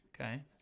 Okay